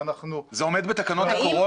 ואנחנו --- זה עומד בתקנות הקורונה?